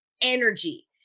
energy